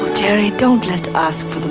jerry don't end up